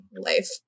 life